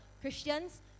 Christians